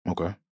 Okay